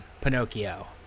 Pinocchio